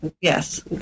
Yes